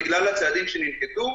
בגלל הצעדים שננקטו.